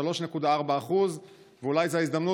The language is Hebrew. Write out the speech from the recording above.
3.4%. ואולי זאת ההזדמנות,